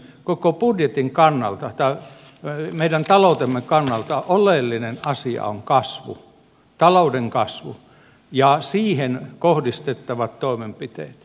koko budjetin kannalta meidän taloutemme kannalta oleellinen asia on kasvu talouden kasvu ja siihen kohdistettavat toimenpiteet